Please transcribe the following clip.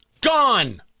Gone